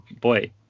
Boy